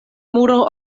muro